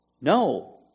No